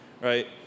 right